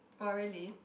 oh really